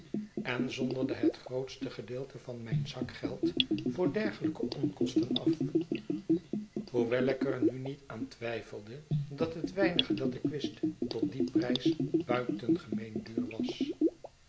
en zonderde het grootste gedeelte van mijn zakgeld voor dergelijke onkosten af hoewel ik er nu niet aan twijfel dat het weinige dat ik wist tot dien prijs buitengemeen duur was